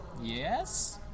Yes